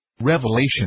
Revelation